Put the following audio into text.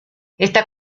esta